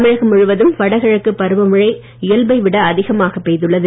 தமிழகம் முழுவதும் வடகிழக்கு பருவமழை இயல்பை விட அதிகமாக பெய்துள்ளது